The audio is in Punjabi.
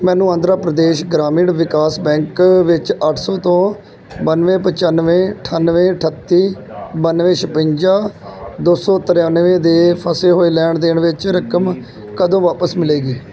ਮੈਨੂੰ ਆਂਧਰਾ ਪ੍ਰਦੇਸ਼ ਗ੍ਰਾਮੀਣ ਵਿਕਾਸ ਬੈਂਕ ਵਿੱਚ ਅੱਠ ਸੌ ਤੋਂ ਬਾਨਵੇਂ ਪਚਾਵਨੇਂ ਅਠਾਨਵੇਂ ਅਠੱਤੀ ਬਾਨਵੇਂ ਛਿਵੰਜਾ ਦੋ ਸੌ ਤ੍ਰਿਆਨਵੇਂ ਦੇ ਫਸੇ ਹੋਏ ਲੈਣ ਦੇਣ ਵਿੱਚ ਰਕਮ ਕਦੋਂ ਵਾਪਸ ਮਿਲੇਗੀ